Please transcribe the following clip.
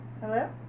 Hello